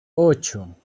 ocho